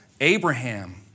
Abraham